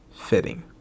fitting